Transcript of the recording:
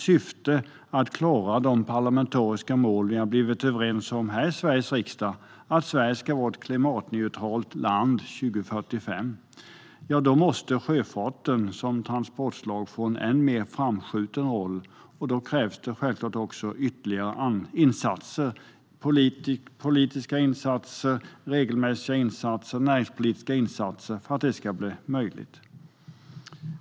Ska vi klara de parlamentariska mål som Sveriges riksdag har kommit överens om, att Sverige ska vara ett klimatneutralt land 2045, måste sjöfarten som transportslag få en ännu mer framskjuten roll. För att det ska bli möjligt krävs ytterligare politiska insatser.